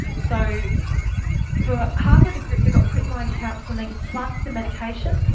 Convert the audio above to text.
so for half of the group that got quitline counselling plus the medication,